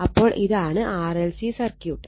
അപ്പോൾ ഇതാണ് RLC circuit